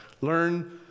Learn